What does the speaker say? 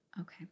Okay